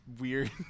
weird